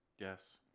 Yes